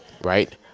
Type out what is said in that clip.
right